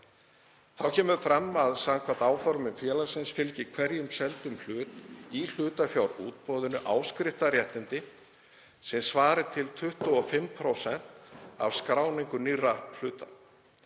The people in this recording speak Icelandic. Þá kemur fram að samkvæmt áformum félagsins fylgi hverjum seldum hlut í hlutafjárútboðinu áskriftarréttindi sem svara til 25% af skráningu nýrra hluta.